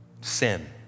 sin